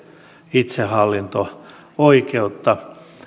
itsehallinto oikeutta